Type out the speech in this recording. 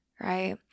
right